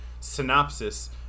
Synopsis